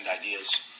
ideas